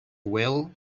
will